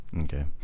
Okay